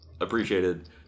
appreciated